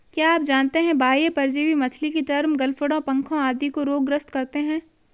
क्या आप जानते है बाह्य परजीवी मछली के चर्म, गलफड़ों, पंखों आदि को रोग ग्रस्त करते हैं?